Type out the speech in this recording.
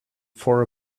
for